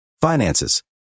Finances